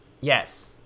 Yes